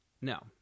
No